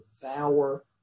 devour